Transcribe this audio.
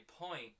point